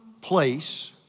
place